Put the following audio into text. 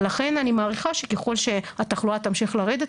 לכן אני מעריכה שככל שהתחלואה תמשיך לרדת,